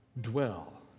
dwell